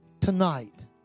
tonight